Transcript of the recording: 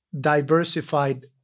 diversified